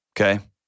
okay